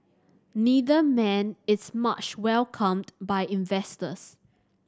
neither man is much welcomed by investors